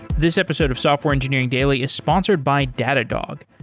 this episode of software engineering daily is sponsored by datadog.